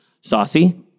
saucy